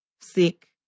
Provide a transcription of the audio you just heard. sick